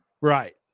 Right